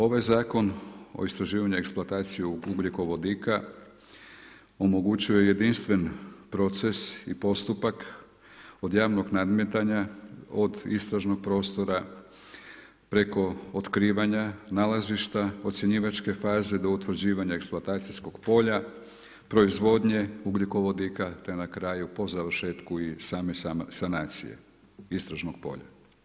Ovaj Zakon o istraživanju eksploatacije ugljikovodika omogućuje jedinstven proces i postupak od javnog nadmetanja, od istražnog prostora preko otkrivanja nalazišta ocjenjivačke faze do utvrđivanja eksploatacijskog polja, proizvodnje ugljikovodika te na kraju po završetku i same sanacije istražnog polja.